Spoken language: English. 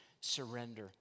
surrender